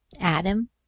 Adam